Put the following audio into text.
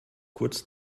kurz